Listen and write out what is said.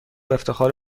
افتخار